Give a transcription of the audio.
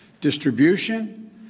distribution